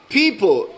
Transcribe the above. people